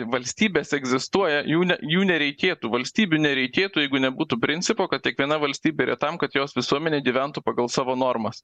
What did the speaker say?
valstybės egzistuoja jų ne jų nereikėtų valstybių nereikėtų jeigu nebūtų principo kad kiekviena valstybė yra tam kad jos visuomenė gyventų pagal savo normas